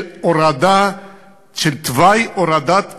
של תוואי הורדת מסים,